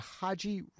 Haji